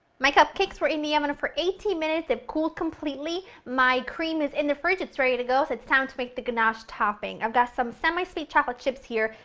my cupcakes were in the oven for eighteen minutes, they've cooled completely. my cream is in the fridge, it's ready to go, so it's time to make the ganache topping. i've got some semi-sweet chocolate chips here,